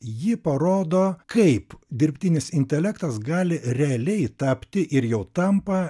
ji parodo kaip dirbtinis intelektas gali realiai tapti ir jau tampa